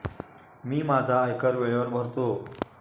मी माझा आयकर वेळेवर भरतो